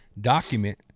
Document